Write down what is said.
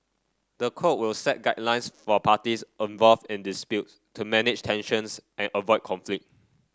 the code will set guidelines for parties involved in disputes to manage tensions and avoid conflict